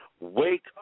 Wake